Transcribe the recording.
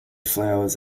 flowers